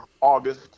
August